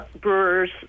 brewers